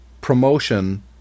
promotion